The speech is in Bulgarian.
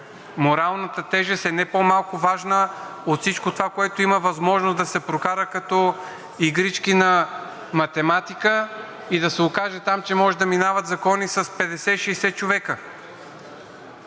Моралната тежест е не по-малко важна от всичко това, което има възможност да се прокара като игрички на математика, и да се окаже там, че може да минават закони с 50 – 60 човека.